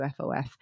UFOF